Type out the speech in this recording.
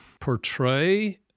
portray